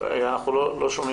אני אשאר